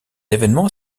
événement